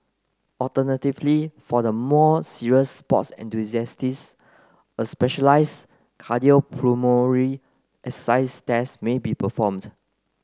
alternatively for the more serious sports a specialised cardiopulmonary exercise test may be performed